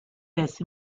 this